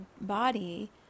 body